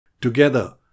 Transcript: together